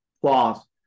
plus